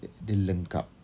dia lengkap